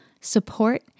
support